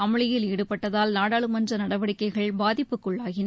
அமளியில் ஈடுபட்டதால் நாடாளுமன்ற நடவடிக்கைகள் பாதிப்புக்கு உள்ளாயின